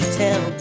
tell